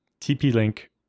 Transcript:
tp-link